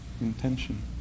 intention